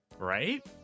Right